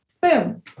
boom